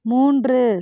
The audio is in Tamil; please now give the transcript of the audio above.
மூன்று